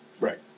Right